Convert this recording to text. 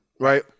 right